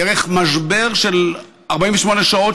דרך משבר של 48 שעות,